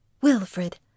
Wilfred